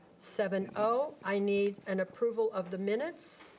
seven, oh. i need an approval of the minutes.